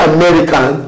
American